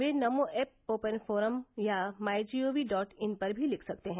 वे Namo app open forum या my G O V dot in पर भी लिख सकते हैं